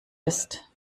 ist